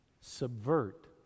subvert